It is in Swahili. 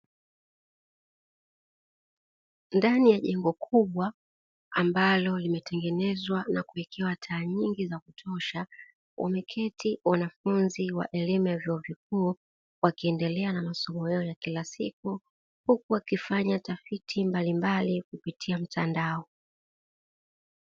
Ndani ya jengo kubwa ambalo limetengenezwa na kuwekewa taa nyingi za kutosha, wameketi wanafunzi wa elimu ya vyuo vikuu wakiendelea na masomo yao ya kila siku, huku wakifanya tafiti mbalimbali kupitia mtandao.